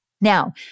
Now